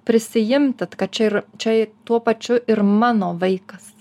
prisiimti kad čia ir čia tuo pačiu ir mano vaikas